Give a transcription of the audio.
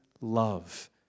love